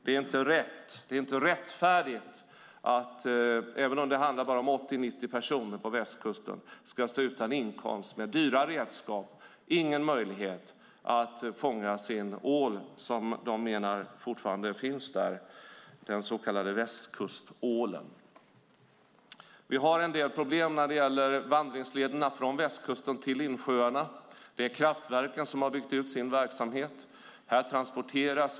Det är inte rätt och inte rättfärdigt att människor, även om det bara handlar om 80-90 personer på västkusten, ska stå utan inkomst med dyra redskap och utan möjlighet att fånga sin ål som de menar fortfarande finns där - den så kallade västkustålen. Vi har en del problem när det gäller vandringslederna från västkusten till insjöarna. Det är kraftverken som har byggt ut sin verksamhet.